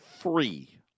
free